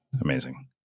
Amazing